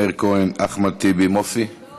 מאיר כהן, אחמד טיבי, מוסי?